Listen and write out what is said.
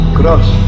cross